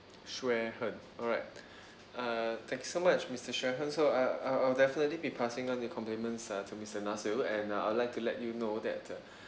xue hen alright uh thank you so much mister xue hen so I I'll I'll definitely be passing on you compliments uh to mister nasir and uh I'd like to let you know that uh